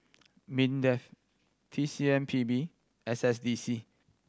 MINDEF T C M P B S S D C